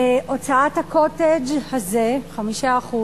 הוצאת ה"קוטג'" הזה, 5%,